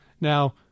Now